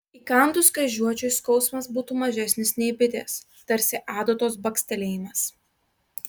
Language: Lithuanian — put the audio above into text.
įkandus kryžiuočiui skausmas būtų mažesnis nei bitės tarsi adatos bakstelėjimas